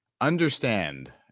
Understand